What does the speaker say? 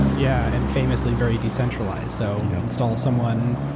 yeah. and famously very decentralized. so install someone,